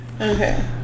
Okay